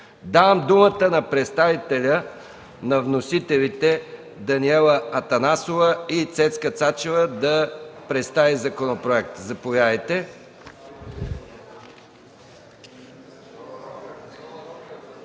Давам думата на представител на вносителите Десислава Атанасова и Цецка Цачева да представи законопроекта. Има думата